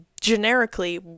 generically